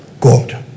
God